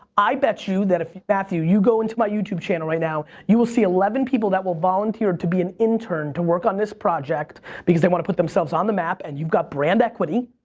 i bet you that if, matthew, you go into my youtube channel right now, you will see eleven people that will volunteer to be an intern to work on this project because they wanna put themselves on the map, and you've got brand equity.